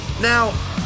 Now